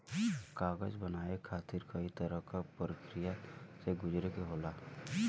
कागज बनाये खातिर कई तरह क परकिया से गुजरे के होला